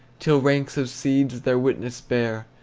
till ranks of seeds their witness bear,